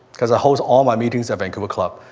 cause i hold all my meetings at vancouver club.